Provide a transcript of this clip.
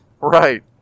Right